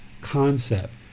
concept